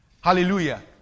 Hallelujah